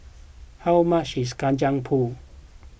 how much is Kacang Pool